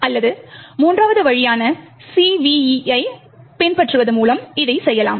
அல்லது மூன்றாவது வழியான CVE யை பின்பற்றுவது மூலம் இதை செய்யலாம்